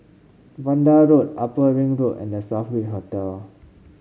Vanda Road Upper Ring Road and The Southbridge Hotel